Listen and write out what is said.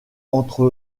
entre